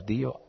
Dio